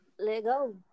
Legal